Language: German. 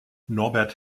norbert